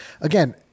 again